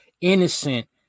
innocent